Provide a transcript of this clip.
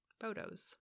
photos